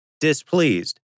Displeased